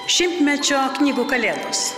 šimtmečio knygų kalėdos